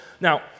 Now